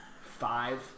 Five